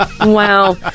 Wow